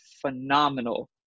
phenomenal